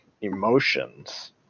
emotions